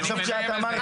לא,